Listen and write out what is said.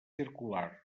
circular